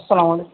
السلام علیکم